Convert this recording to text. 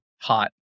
hot